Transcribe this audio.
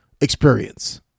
experience